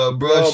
bro